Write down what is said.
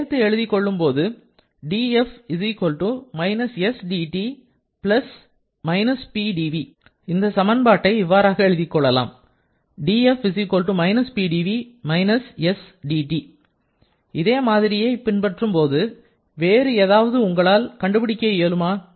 சேர்த்து எழுதிக் கொள்ளும் போது df - SdT - Pdv இந்த நான் பாட்டை பாருங்கள் df - Pdv - SdT இதே மாதிரியே பின்பற்றும் வேறு எதையாவது உங்களால் கண்டுபிடிக்க இயலுமா